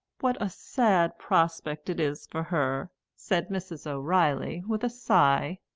what a sad prospect it is for her! said mrs. o'reilly with a sigh.